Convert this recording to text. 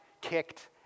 kicked